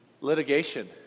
litigation